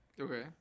Okay